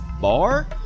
Bar